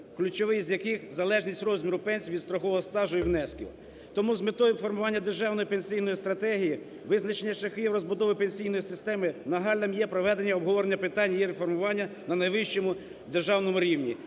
ключовий з яких – залежність розміру пенсій від страхового стажу і внесків. Тому з метою формування державної пенсійної стратегії, визначення шляхів розбудови пенсійної системи нагальним є проведення обговорення питань її реформування на найвищому державному рівні.